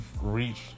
reached